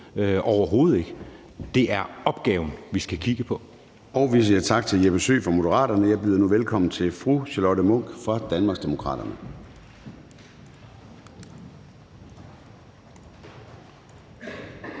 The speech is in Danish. overhovedet ikke. Kl. 14:16 Formanden (Søren Gade): Vi siger tak til Jeppe Søe fra Moderaterne. Jeg byder nu velkommen til fru Charlotte Munch fra Danmarksdemokraterne.